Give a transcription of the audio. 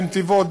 בנתיבות,